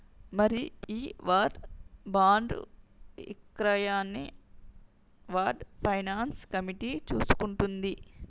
మరి ఈ వార్ బాండ్లు ఇక్రయాన్ని వార్ ఫైనాన్స్ కమిటీ చూసుకుంటుంది